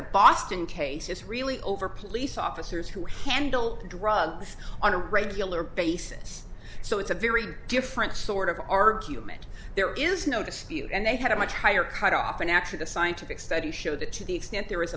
the boston case is really over police officers who handle drugs on a regular basis so it's a very different sort of argument there is no dispute and they had a much higher cutoff and actually the scientific studies show that to the extent there